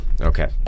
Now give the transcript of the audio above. Okay